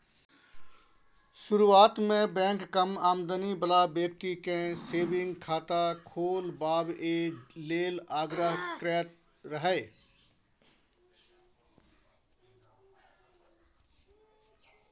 शुरुआत मे बैंक कम आमदनी बला बेकती केँ सेबिंग खाता खोलबाबए लेल आग्रह करैत रहय